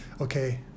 Okay